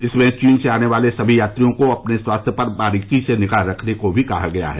इसमें चीन से आने वाले सभी यात्रियों को अपने स्वास्थ्य पर बारीकी से निगाह रखने को भी कहा गया है